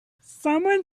someone